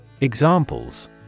Examples